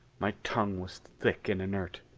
my tongue was thick and inert.